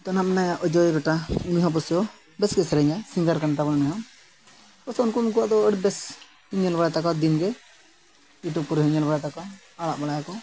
ᱱᱤᱛᱳᱜ ᱱᱟᱦᱟᱸᱜ ᱢᱮᱱᱟᱭᱟ ᱚᱡᱚᱭ ᱵᱮᱴᱟ ᱩᱱᱤ ᱦᱚᱸ ᱚᱵᱚᱥᱥᱳᱭ ᱵᱮᱥ ᱜᱮ ᱥᱮᱨᱮᱧᱟᱭ ᱥᱤᱝᱜᱟᱨ ᱠᱟᱱ ᱛᱟᱵᱚᱱᱟᱭ ᱩᱱᱤ ᱦᱚᱸ ᱯᱟᱥᱮ ᱩᱱᱠᱩ ᱩᱱᱠᱩᱣᱟᱜ ᱫᱚ ᱟᱹᱰᱤ ᱵᱮᱥ ᱧᱮᱞ ᱵᱟᱲᱟᱭ ᱛᱟᱠᱚᱣᱟ ᱫᱤᱱ ᱜᱮ ᱤᱭᱩᱴᱩᱵᱽ ᱠᱚᱨᱮ ᱦᱚᱸᱧ ᱧᱮᱞ ᱵᱟᱲᱟᱭ ᱛᱟᱠᱚᱣᱟ ᱟᱲᱟᱜ ᱵᱟᱲᱟᱭᱟᱠᱚ